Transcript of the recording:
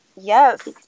Yes